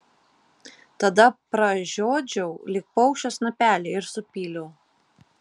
tada pražiodžiau lyg paukščio snapelį ir supyliau